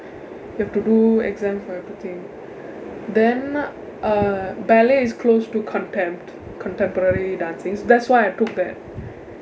you have to do exam for everything then uh ballet is close to contempt contemporary dancing so that's why I took that